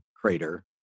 crater